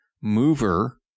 mover